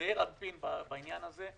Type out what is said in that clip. בזעיר אנפין בעניין הזה.